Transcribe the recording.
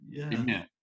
Amen